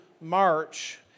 March